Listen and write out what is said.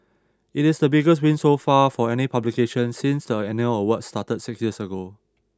it is the biggest win so far for any publication since the annual awards started six years ago